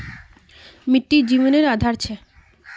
मिटटी जिवानेर आधार छे